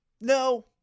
no